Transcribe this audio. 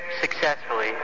successfully